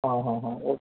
ಹಾಂ ಹಾಂ ಹಾಂ ಓಕ್